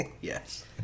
Yes